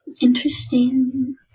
Interesting